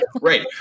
right